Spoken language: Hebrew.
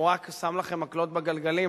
הוא רק שם לכם מקלות בגלגלים,